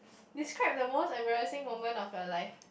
describe the most embarrassing moment of your life